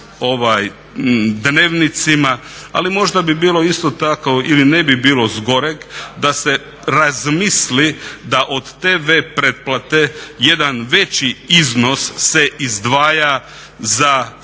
od dnevnicima, ali možda bi bilo isto tako, ili ne bi bilo s goreg da se razmisli da od TV pretplate jedan veći iznos se izdvaja za Fond za